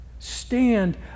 Stand